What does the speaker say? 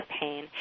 pain